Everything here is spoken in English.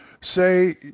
Say